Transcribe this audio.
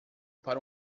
para